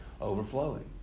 overflowing